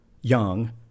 young